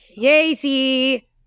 Casey